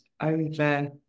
over